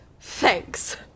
Thanks